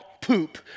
poop